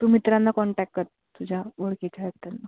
तू मित्रांना कॉन्टॅक कर तुझ्या ओळखीच्या आहेत त्यांना